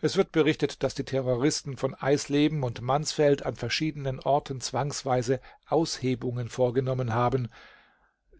es wird berichtet daß die terroristen von eisleben und mansfeld an verschiedenen orten zwangsweise aushebungen vorgenommen haben